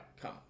Come